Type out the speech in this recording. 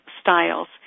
styles